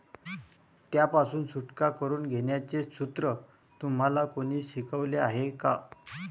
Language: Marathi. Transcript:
त्यापासून सुटका करून घेण्याचे सूत्र तुम्हाला कोणी शिकवले आहे का?